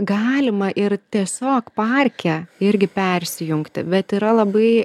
galima ir tiesiog parke irgi persijungti bet yra labai